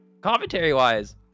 commentary-wise